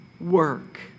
work